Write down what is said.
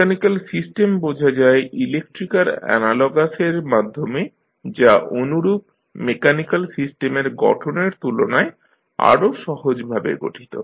mechanical system বোঝা যায় electrical অ্যানালগাসের মাধ্যমে যা অনুরূপ মেকানিক্যাল সিস্টেমের গঠনের তুলনায় আরো সহজভাবে গঠিত